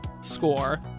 Score